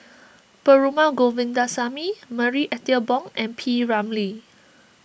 Perumal Govindaswamy Marie Ethel Bong and P Ramlee